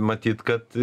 matyt kad